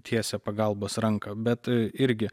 tiesia pagalbos ranką bet irgi